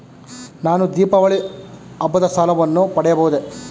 ನಾನು ದೀಪಾವಳಿ ಹಬ್ಬದ ಸಾಲವನ್ನು ಪಡೆಯಬಹುದೇ?